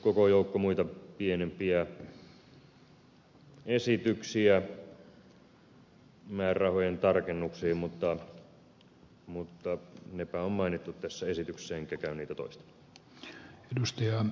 koko joukko muita pienempiä esityksiä määrärahojen tarkennuksia mutta nepä on mainittu tässä esityksessä enkä käy niitä toistamaan